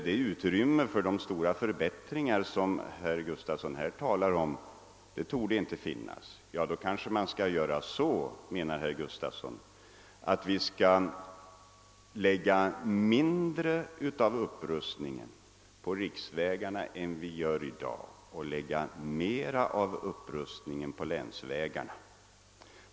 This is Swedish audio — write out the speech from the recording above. Det utrymme för de stora förbättringar som herr Gustavsson i Alvesta här talar om torde därför inte finnas. Då kanske herr Gustavsson menar att vi skall lägga mindre av upprustningen på riksvägarna än vi gör i dag och upprusta mera på länsvägarna.